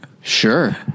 Sure